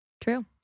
True